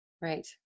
Right